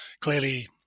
clearly